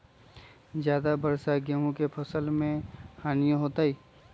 ज्यादा वर्षा गेंहू के फसल मे हानियों होतेई?